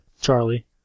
Charlie